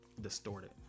Distorted